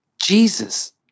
Jesus